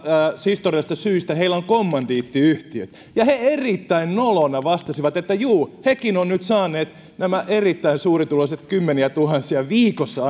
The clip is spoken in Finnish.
historiallisista syistä on kommandiittiyhtiöt ja he erittäin noloina vastasivat että juu hekin ovat nyt saaneet nämä erittäin suurituloiset kymmeniätuhansia viikossa